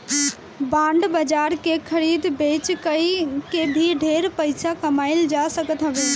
bond बाजार के खरीद बेच कई के भी ढेर पईसा कमाईल जा सकत हवे